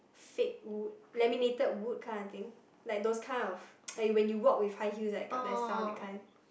fake wood laminated wood kind of thing like those kind of like when you walk with high heels like got less sound that kind